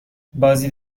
بازدید